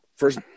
first